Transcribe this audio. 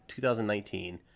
2019